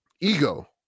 Ego